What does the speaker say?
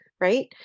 right